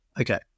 Okay